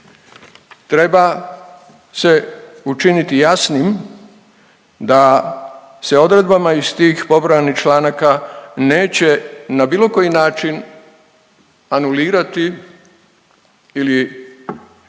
treba se učiniti jasnim da se odredbama iz tih pobrojanih članaka neće na bilo koji način anulirati ili za